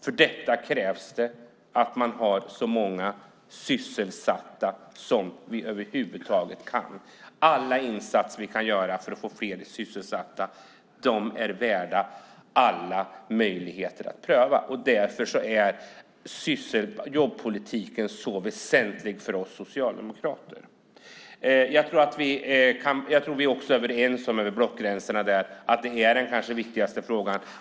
För detta krävs det att vi har så många sysselsatta som över huvud taget är möjligt. Varje insats vi kan göra för att få fler sysselsatta är värd att alla möjligheter prövas. Därför är jobbpolitiken så väsentlig för oss socialdemokrater. Jag tror att vi också över blockgränsen är överens om att jobben är den viktigaste frågan.